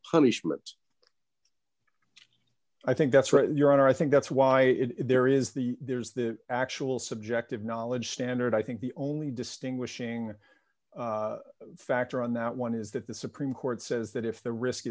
punishment i think that's right and your honor i think that's why there is the there's the actual subjective knowledge standard i think the only distinguishing factor on that one is that the supreme court says that if the risk